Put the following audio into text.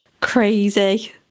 crazy